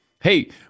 Hey